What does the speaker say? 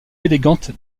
élégante